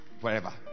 wherever